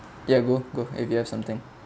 ya go go if you have something